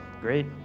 Great